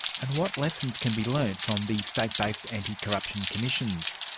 and what lessons can be learned from the state-based anticorruption commissions?